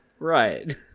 Right